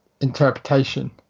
interpretation